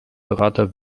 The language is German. berater